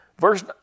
verse